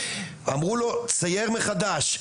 אמרו לו צייר מחדש.